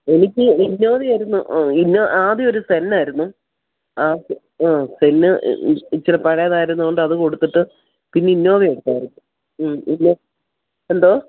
എനിക്ക് ഇന്നോവ ആയിരുന്നു ആ ആദ്യം ഒരു സെൻ ആയിരുന്നു ആ ആ പിന്നെ ഇച്ചിരി പഴതായിരുന്നതുകൊണ്ട് അത് കൊടുത്തിട്ട് പിന്നെ ഇന്നോവ എടുത്തായിരുന്നു ഇതിൽ എന്തോ